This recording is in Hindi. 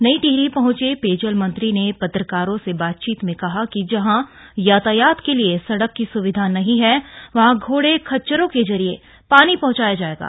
नई टिहरी पहंचे पेयजल मंत्री ने पत्रकारों से बातचीत में कहा कि जहां यातायात के लिए सड़क की सुविधा नहीं है वहां घोड़े खच्चरों के जरिए पानी पहुंचाया जाएगा